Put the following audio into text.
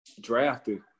Drafted